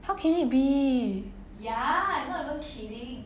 how can it be